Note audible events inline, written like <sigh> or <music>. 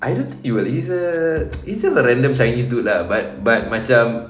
I don't think you will he's a <noise> he's just a random chinese dude lah but but macam